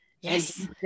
Yes